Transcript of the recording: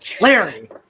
Larry